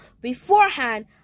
beforehand